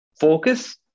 focus